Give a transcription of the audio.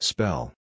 Spell